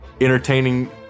entertaining